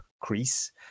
crease